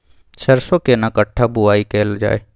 सरसो केना कट्ठा बुआई कैल जाय?